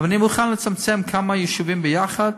אבל אני מוכן לצמצם, כמה יישובים ביחד,